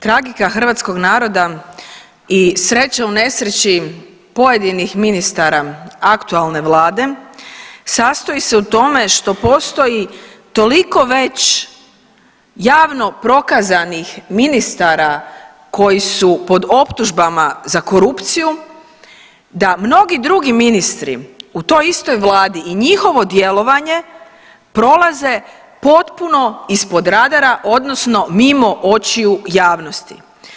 Tragika hrvatskog naroda i sreća u nesreći pojedinih ministara aktualne Vlade sastoji se u tome što postoji toliko već javno prokazanih ministara koji su pod optužbama za korupciju, da mnogi drugi ministri u toj istoj Vladi i njihovo djelovanje prolaze potpuno ispod radara, odnosno mimo očiju javnosti.